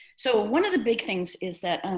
so one of the big things is that.